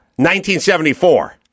1974